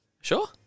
Sure